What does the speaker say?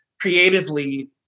creatively